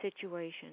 situation